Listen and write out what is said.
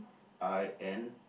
I N